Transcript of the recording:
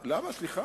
למה, סליחה.